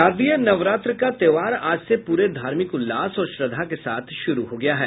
शारदीय नवरात्र का त्योहार आज से पूरे धार्मिक उल्लास और श्रद्धा के साथ शुरु हो गया है